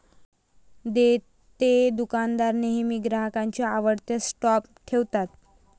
देतेदुकानदार नेहमी ग्राहकांच्या आवडत्या स्टॉप ठेवतात